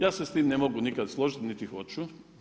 Ja se sa time ne mogu nikada složiti niti hoću.